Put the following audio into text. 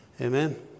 Amen